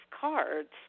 cards